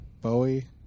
Bowie